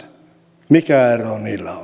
mikä ero niillä on